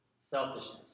selfishness